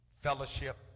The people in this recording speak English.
fellowship